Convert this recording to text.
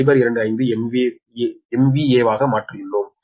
025 MVA ஆக மாற்றியுள்ளோம்